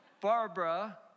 Barbara